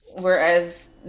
Whereas